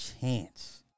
chance